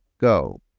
go